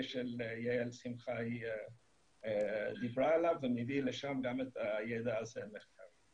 שיעל שמחאי דיברה עליו ואני מביא לשם גם את הידע המחקרי הזה.